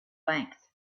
length